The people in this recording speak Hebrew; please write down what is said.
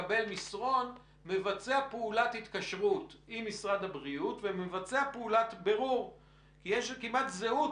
על מספרים אנחנו רואים שהזמן או היקף הבירורים הוא כמעט חופף.